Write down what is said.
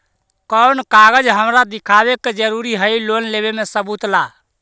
कौन कागज हमरा दिखावे के जरूरी हई लोन लेवे में सबूत ला?